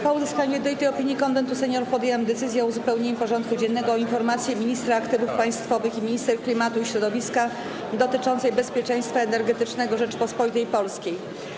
Po uzyskaniu jednolitej opinii Konwentu Seniorów podjęłam decyzję o uzupełnieniu porządku dziennego o informację ministra aktywów państwowych i ministra klimatu i środowiska dotyczącą bezpieczeństwa energetycznego Rzeczypospolitej Polskiej.